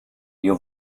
you